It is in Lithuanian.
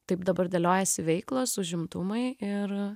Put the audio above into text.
taip dabar dėliojasi veiklos užimtumai ir